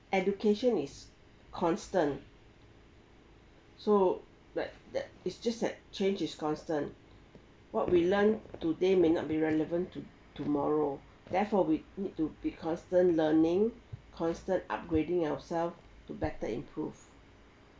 education is constant so like that it's just that change is constant what we learn today may not be relevant to tomorrow therefore we need to be constant learning constant upgrading ourselves to better improve